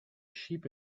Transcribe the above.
sheep